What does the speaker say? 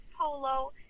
polo